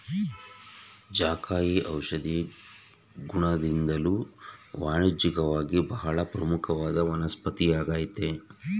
ಜಾಯಿಕಾಯಿ ಔಷಧೀಯ ಗುಣದಿಂದ್ದಲೂ ವಾಣಿಜ್ಯಿಕವಾಗಿ ಬಹಳ ಪ್ರಮುಖವಾದ ವನಸ್ಪತಿಯಾಗಯ್ತೆ